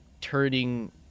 turning